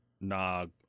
Nog